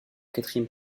quatrième